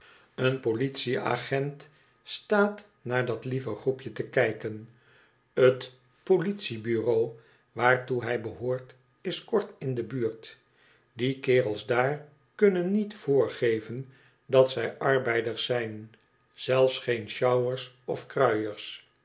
een politie-agent staat naar dat lieve groepje te kijken het politie-bureau waartoe hij behoort is kort in de buurt die kerels daar kunnen niet voorgeven dat zij arbeiders zijn zelfs geen sjouwers of kruiers